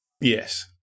yes